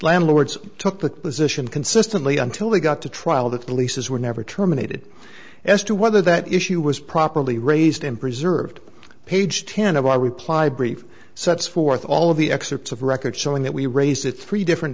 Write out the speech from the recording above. landlords took the position consistently until they got to trial that the leases were never terminated as to whether that issue was properly raised and preserved page ten of our reply brief sets forth all of the excerpts of record showing that we raise it three different